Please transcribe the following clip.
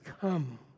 come